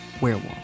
Werewolf